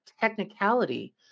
technicality